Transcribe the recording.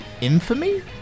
infamy